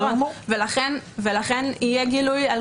ולכן, יהיה גילוי.